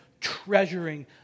treasuring